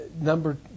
Number